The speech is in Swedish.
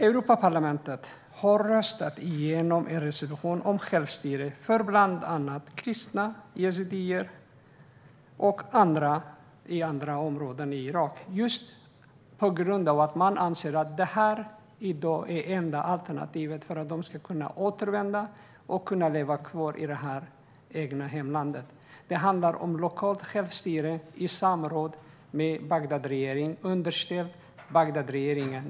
Europarlamentet har röstat igenom en resolution om självstyre för bland andra kristna, yazidier och andra i olika områden i Irak på grund av att man anser att detta i dag är det enda alternativet för att de ska kunna återvända och fortsätta att leva i det egna hemlandet. Det handlar om lokalt självstyre i samråd med och underställt Bagdadregeringen.